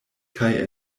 kaj